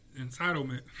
entitlement